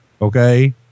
Okay